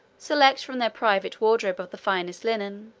select from their private wardrobe of the finest linen,